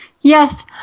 Yes